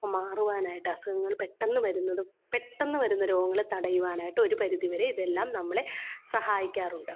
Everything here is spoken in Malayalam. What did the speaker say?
മാറുവാനായിട്ട് അസുഖങ്ങൾ പെട്ടെന്ന് വരുന്നതും പെട്ടെന്ന് വരുന്ന രോഗങ്ങളെ തടയുവാനായിട്ടൊരു പരിധിവരെ ഇതെല്ലാം നമ്മളെ സഹായിക്കാറുണ്ട്